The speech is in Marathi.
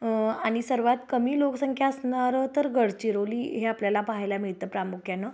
आ आणि सर्वात कमी लोकसंख्या असणारं तर गडचिरोली हे आपल्याला पाहायला मिळतं प्रामुख्यानं